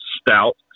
stout